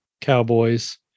Cowboys